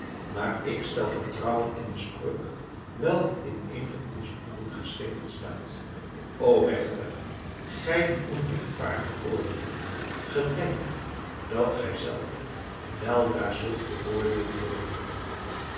maar ik stel vertrouwen in de spreuk welke in een van onze boeken geschreven staat o regter gij die onregtvaardig oordeelt gedenk dat gij zelf weldra zult geoordeeld worden